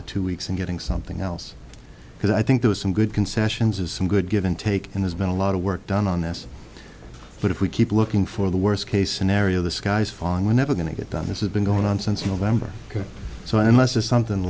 the two weeks and getting something else because i think there are some good concessions is some good give and take and there's been a lot of work done on this but if we keep looking for the worst case scenario the sky is falling we're never going to get done this has been going on since november so unless there's something